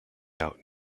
out